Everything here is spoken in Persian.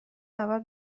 اول